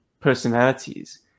personalities